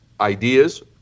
ideas